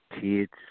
kids